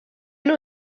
نوع